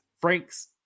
Franks